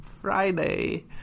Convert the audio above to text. Friday